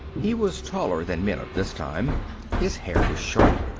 he was taller than men of this time his hair was short,